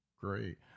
Great